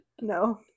no